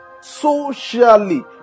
Socially